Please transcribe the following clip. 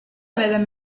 madame